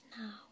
Now